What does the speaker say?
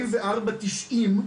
4490,